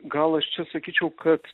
gal aš čia sakyčiau kad